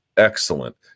Excellent